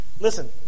Listen